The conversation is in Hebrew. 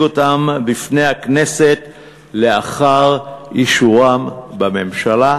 אותם בפני הכנסת לאחר אישורם בממשלה,